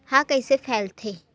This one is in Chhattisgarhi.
ह कइसे फैलथे?